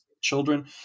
children